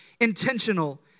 intentional